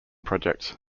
projects